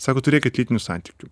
sako turėkit lytinių santykių